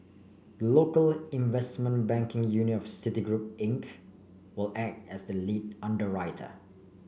the local investment banking unit of Citigroup Inc will act as the lead underwriter